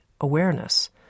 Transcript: awareness